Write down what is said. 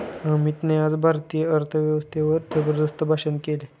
अमितने आज भारतीय अर्थव्यवस्थेवर जबरदस्त भाषण केले